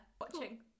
Watching